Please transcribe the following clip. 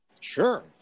Sure